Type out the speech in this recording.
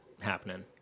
happening